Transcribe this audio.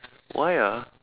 why ah